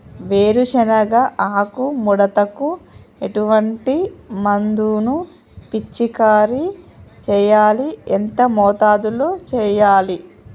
వేరుశెనగ ఆకు ముడతకు ఎటువంటి మందును పిచికారీ చెయ్యాలి? ఎంత మోతాదులో చెయ్యాలి?